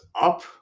up